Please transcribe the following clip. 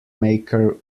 maker